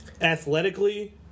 athletically